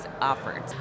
offered